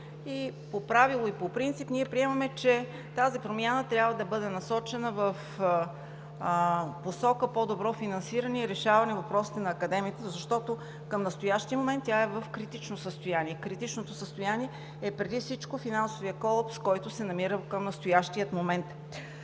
По правило и по принцип ние приемаме, че тази промяна трябва да бъде насочена в посока по-добро финансиране и решаване въпросите на Академията, защото към настоящия момент тя е в критично състояние. Критичното състояние е преди всичко финансовият колапс, в който се намира към настоящия момент.